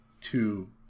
Two